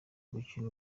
gukina